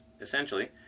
essentially